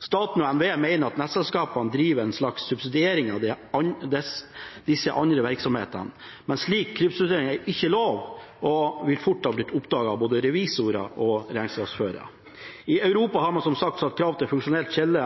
Staten og NVE mener at nettselskapene driver en slags subsidiering av disse andre virksomhetene, men slik kryssubsidiering er ikke lov og ville fort ha blitt oppdaget av både revisorer og regnskapsførere. I Europa har man som sagt satt krav til funksjonelt skille